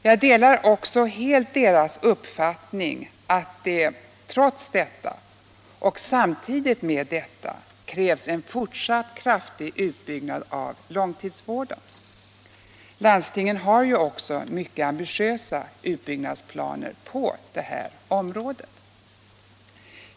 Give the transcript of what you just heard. Jag delar också helt deras uppfattning att det — trots detta och samtidigt med detta — krävs en fortsatt kraftig utbyggnad av långtidsvården. Landstingen har också mycket ambitiösa utbyggnadsplaner på detta område.